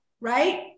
right